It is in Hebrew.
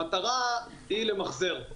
המטרה היא למחזר.